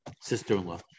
sister-in-law